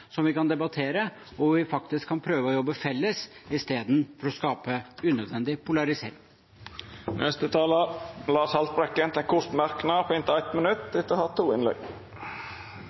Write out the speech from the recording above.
som vi kan debattere, og der vi faktisk kan prøve å jobbe felles i stedet for å skape unødvendig polarisering. Representanten Lars Haltbrekken har hatt ordet to gonger tidlegare og får ordet til ein kort merknad, avgrensa til 1 minutt.